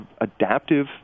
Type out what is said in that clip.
adaptive